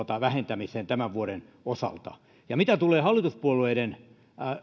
vähentämiseen tämän vuoden osalta mitä tulee hallituspuolueiden